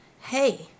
Hey